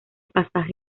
pasaje